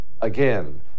Again